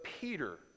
Peter